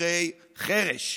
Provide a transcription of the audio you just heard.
שוטרי חרש.